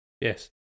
Yes